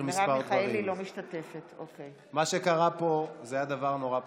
כמה דברים: מה שקרה פה היה דבר נורא פשוט,